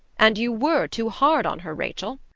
and you were too hard on her, rachel.